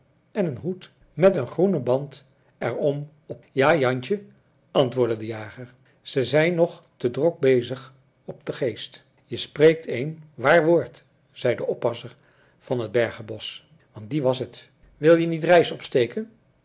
en een hoed met een groenen band er om op ja jantje antwoordde de jager ze zijn nog te druk bezig op de geest je spreekt een waar woord zei de oppasser van het berger bosch want die was het wil je niet reis opsteken